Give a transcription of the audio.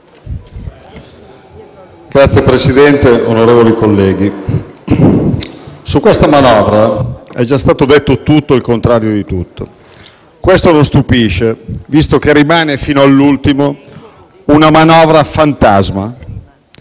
Signor Presidente, onorevoli colleghi, su questa manovra è già stato detto tutto e il contrario di tutto. Questo non stupisce, visto che rimane fino all'ultimo una manovra fantasma